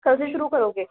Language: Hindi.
कल से शुरू करोगे